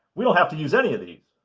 we don't have to use any of these.